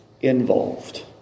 involved